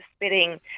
spitting